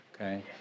okay